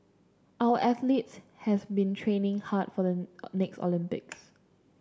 our athletes has been training hard for the next Olympics